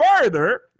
further